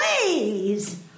Please